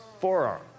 forearm